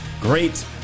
great